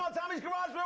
um tommy's garage!